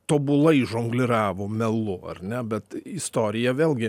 tobulai žongliravo melu ar ne bet istorija vėlgi